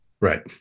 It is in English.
Right